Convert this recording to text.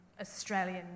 Australian